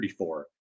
34